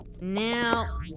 Now